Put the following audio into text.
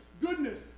goodness